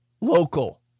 local